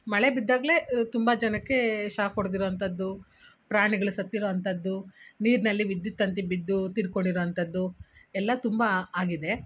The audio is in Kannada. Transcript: ಮಳೆ ಬಿದ್ದಾಗಲೇ ತುಂಬ ಜನಕ್ಕೆ ಶಾಕ್ ಹೊಡ್ದಿರೋವಂಥದ್ದು ಪ್ರಾಣಿಗಳು ಸತ್ತಿರೋವಂಥದ್ದು ನೀರಿನಲ್ಲಿ ವಿದ್ಯುತ್ ತಂತಿ ಬಿದ್ದು ತೀರಿಕೊಂಡಿರೋವಂಥದ್ದು ಎಲ್ಲ ತುಂಬ ಆಗಿದೆ